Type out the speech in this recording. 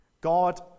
God